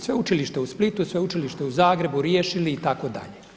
Sveučilište u Splitu i Sveučilište u Zagrebu riješili itd.